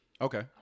Okay